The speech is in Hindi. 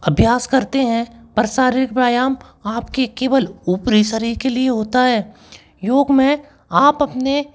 अभ्यास करते हैं पर शारीरिक व्यायाम आपके केवल ऊपरी शरीर के लिए होता है योग मे आप अपने